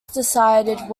decided